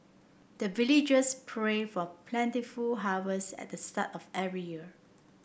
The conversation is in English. the villagers pray for plentiful harvest at the start of every year